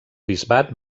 bisbat